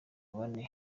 bana